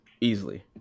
Easily